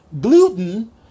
gluten